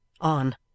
on